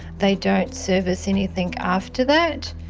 they don't service anything after that.